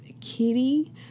Kitty